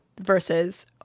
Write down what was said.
versus